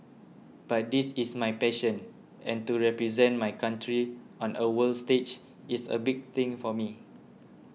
but this is my passion and to represent my country on a world stage is a big thing for me